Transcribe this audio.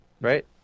Right